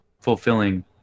fulfilling